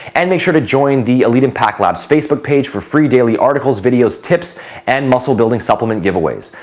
and make sure to join the elite impact lab's facebook page for free daily articles, videos, tips and muscle building supplement giveaways.